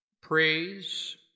praise